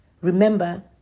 Remember